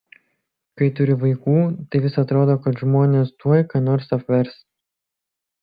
kai turi vaikų tai vis atrodo kad žmonės tuoj ką nors apvers